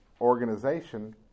organization